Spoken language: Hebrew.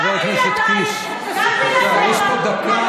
חבר הכנסת קיש, יש לה דקה.